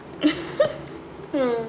mmhmm